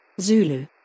Zulu